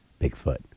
Bigfoot